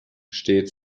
steht